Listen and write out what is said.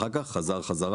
אחר כך זה חזר חזרה